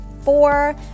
four